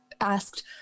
asked